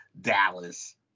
Dallas